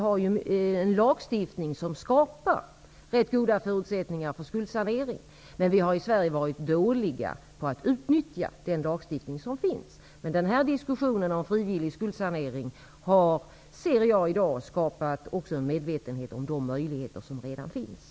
Vår lagstiftning skapar ganska goda förutsättningar för skuldsanering, men vi har i Sverige varit dåliga på att utnyttja den lagstiftning som finns. Denna diskussion om frivillig skuldsanering har, märker jag i dag, också skapat en medvetenhet om de möjligheter som redan finns.